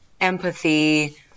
empathy